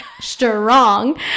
strong